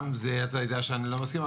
גם לזה אתה יודע שאני לא מסכים.